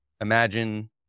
Imagine